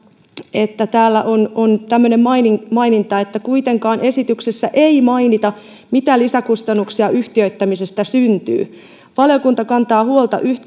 että täällä on on tämmöinen maininta maininta kuitenkaan esityksessä ei mainita mitä lisäkustannuksia yhtiöittämisestä syntyy valiokunta kantaa huolta yhtiöittämisen kustannuksista